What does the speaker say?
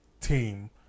team